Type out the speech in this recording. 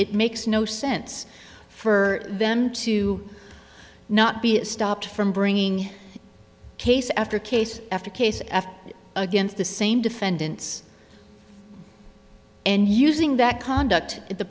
it makes no sense for them to not be stopped from bringing case after case after case after against the same defendants and using that conduct the